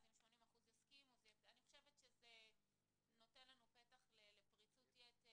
אני חושבת שזה נותן פתח לפריצות יתר.